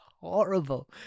horrible